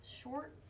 short